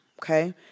okay